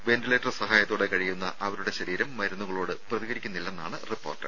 ventilator സഹായത്തോടെ കഴിയുന്ന അവരുടെ ശരീരം മരുന്നുകളോട് പ്രതികരിക്കുന്നില്ലെന്നാണ് റിപ്പോർട്ട്